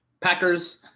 Packers